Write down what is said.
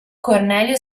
cornelio